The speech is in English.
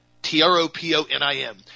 T-R-O-P-O-N-I-M